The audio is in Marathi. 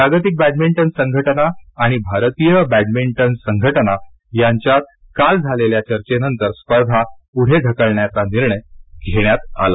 जागतिक बॅंडमिटन संघटना आणि भारतीय बॅंडमिटन संघटना यांच्यात काल झालेल्या चर्चेनंतर स्पर्धा पुढे ढकलण्याचा निर्णय घेण्यात आला